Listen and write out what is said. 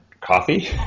coffee